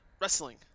wrestling